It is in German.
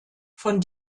von